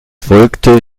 folgte